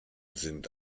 sind